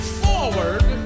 forward